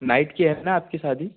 night की है ना आपकी शादी